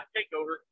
TakeOver